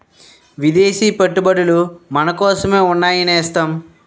విదేశీ పెట్టుబడులు మనకోసమే ఉన్నాయి నేస్తం